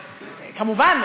כמובן,